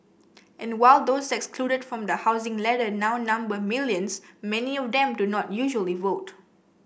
and while those excluded from the housing ladder now number millions many of them do not usually vote